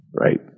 Right